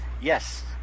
Yes